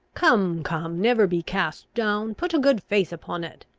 come, come, never be cast down. put a good face upon it.